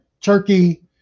turkey